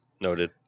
Noted